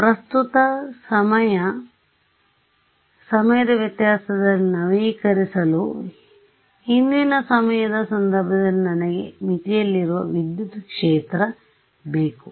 ಪ್ರಸ್ತುತ ಸಮಯದ ವ್ಯತ್ಯಾಸದಲ್ಲಿ ನವೀಕರಿಸಲು ಹಿಂದಿನ ಸಮಯದ ಸಂದರ್ಭದಲ್ಲಿ ನನಗೆಮಿತಿಯಲ್ಲಿರುವ ವಿದ್ಯುತ್ ಕ್ಷೇತ್ರಬೇಕು